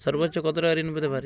সর্বোচ্চ কত টাকা ঋণ পেতে পারি?